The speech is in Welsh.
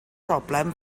broblem